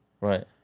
Right